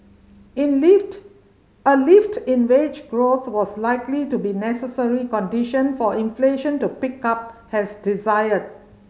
in lift a lift in wage growth was likely to be necessary condition for inflation to pick up has desired